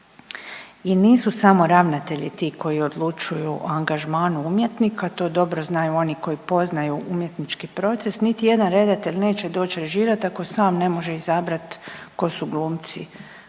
I nisu samo ravnatelji ti koji odlučuju o angažmanu umjetnika, to dobro znaju oni koji poznaju umjetnički proces, niti jedan redatelj neće doć režirat ako sam ne može izabrat ko su glumci